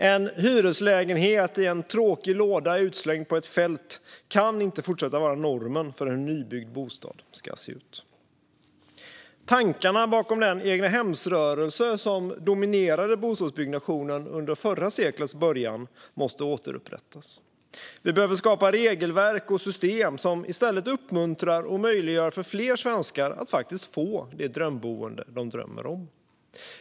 En hyreslägenhet i en tråkig låda utslängd på ett fält kan inte fortsätta att vara normen för hur en nybyggd bostad ska se ut. Tankarna bakom den egnahemsrörelse som dominerade bostadsbyggnationen under förra seklets början måste återupprättas. Vi behöver skapa regelverk och system som i stället uppmuntrar och möjliggör för fler svenskar att faktiskt få det drömboende de drömmer om.